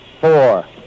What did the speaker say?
four